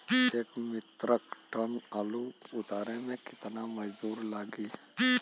एक metric ton आलू के उतारे मे कितना मजदूर लागि?